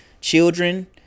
children